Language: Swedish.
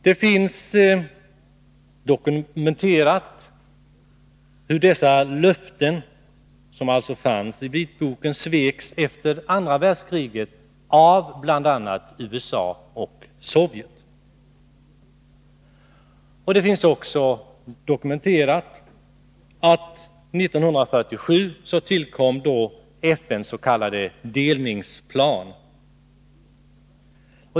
Det finns dokumenterat hur dessa löften i vitboken efter andra världskriget sveks av bl.a. USA och Sovjet. 1947 tillkom FN:s ss.k. delningsplan.